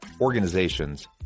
organizations